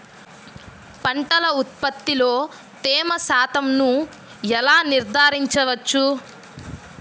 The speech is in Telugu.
పంటల ఉత్పత్తిలో తేమ శాతంను ఎలా నిర్ధారించవచ్చు?